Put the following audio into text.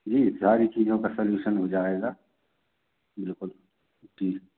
जी सारी चीज़ों का सॉलूशन हो जाएगा जी कल ठीक